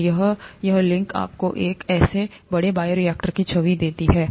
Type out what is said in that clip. और यहाँ यह लिंक आपको एक ऐसे बड़े बायोरिएक्टर की छवि देता है